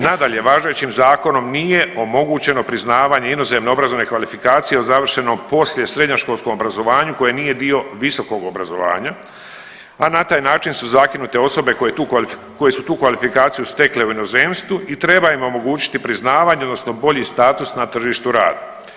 Nadalje, važećim zakonom nije omogućeno priznavanje inozemnih obrazovnih kvalifikacija u završenom poslije srednjoškolskom obrazovanju koje nije dio visokog obrazovanja, a na taj način su zakinute osobe koje su tu kvalifikaciju stekle u inozemstvu i treba im omogućiti priznavanje, odnosno bolji status na tržištu rada.